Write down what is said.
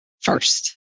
first